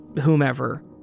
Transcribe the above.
whomever